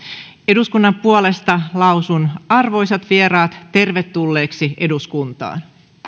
eduskunnan puolesta lausun arvoisat vieraat tervetulleiksi eduskuntaan